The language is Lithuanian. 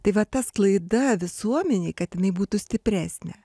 tai va ta sklaida visuomenėj kad jinai būtų stipresnė